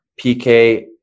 PK